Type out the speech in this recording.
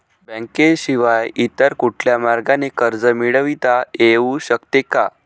बँकेशिवाय इतर कुठल्या मार्गाने कर्ज मिळविता येऊ शकते का?